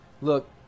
look